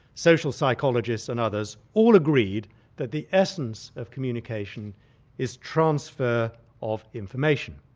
social psychologists, and others, all agreed that the essence of communication is transfer of information.